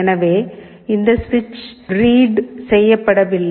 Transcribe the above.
எனவே இந்த சுவிட்ச் ரீட் செய்யப்படவில்லை